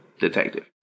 detective